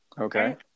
Okay